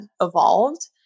evolved